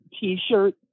t-shirt